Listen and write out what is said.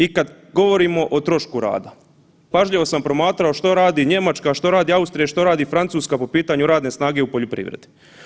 I kad govorimo o trošku rada, pažljivo sam promatrao što radi Njemačka, što radi Austrija, što radi Francuska po pitanju radne snage u poljoprivredi.